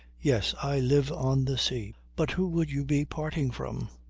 yes, i live on the sea. but who would you be parting from?